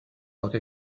like